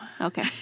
Okay